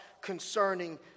concerning